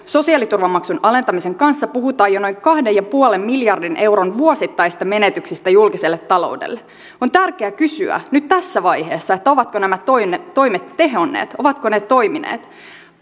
sosiaaliturvamaksun alentamisen kanssa puhutaan jo noin kahden pilkku viiden miljardin euron vuosittaisista menetyksistä julkiselle taloudelle on tärkeä kysyä nyt tässä vaiheessa ovatko nämä toimet toimet tehonneet ovatko ne toimineet